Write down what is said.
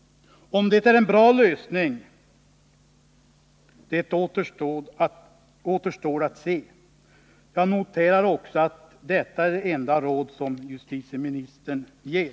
Om det är en bra lösning återstår att se. Jag noterar också att detta är det enda råd som justitieministern ger.